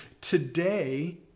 today